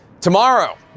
Tomorrow